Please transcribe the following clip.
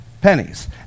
pennies